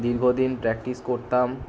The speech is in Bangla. দীর্ঘদিন প্র্যাকটিস করতাম